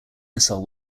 missile